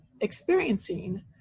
experiencing